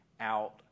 out